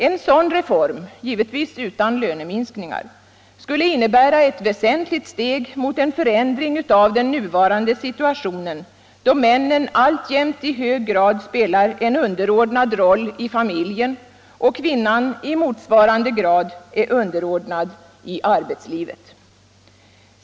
En sådan reform — givetvis utan löneminskningar — skulle innebära ett väsentligt steg mot en förändring av den nuvarande situationen då mannen alltjämt i hög grad spelar en underordnad roll i familjen och kvinnan i motsvarande grad är underordnad i arbetslivet.